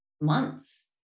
months